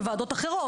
בוועדות אחרות,